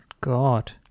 God